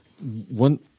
One